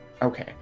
Okay